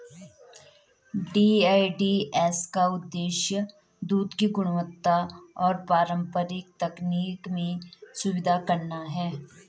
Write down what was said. DEDS का उद्देश्य दूध की गुणवत्ता और पारंपरिक तकनीक में सुधार करना है